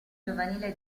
giovanile